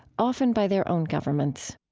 often by their own governments